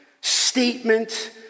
statement